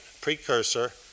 precursor